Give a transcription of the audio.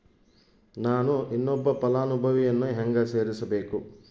ನಾನು ಇನ್ನೊಬ್ಬ ಫಲಾನುಭವಿಯನ್ನು ಹೆಂಗ ಸೇರಿಸಬೇಕು?